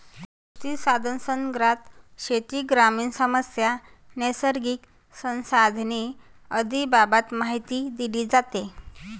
कृषिसंवादांतर्गत शेती, ग्रामीण समस्या, नैसर्गिक संसाधने आदींबाबत माहिती दिली जाते